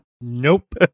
Nope